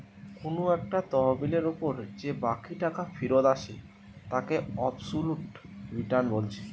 কুনু একটা তহবিলের উপর যে বাকি টাকা ফিরত আসে তাকে অবসোলুট রিটার্ন বলছে